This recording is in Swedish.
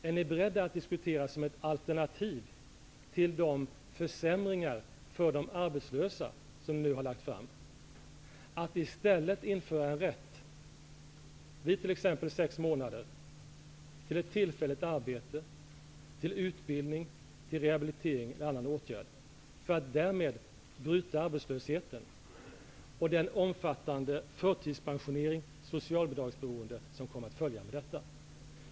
Är ni beredda att som ett alternativ till de försämringar för de arbetslösa som ni har lagt fram i stället diskutera att införa en rätt, vid t.ex. sex månader, till tillfälligt arbete, utbildning, rehabilitering eller någon annan åtgärd för att därigenom bryta arbetslösheten och den omfattande förtidspensionering och det socialbidragsberoende som är en följd därav?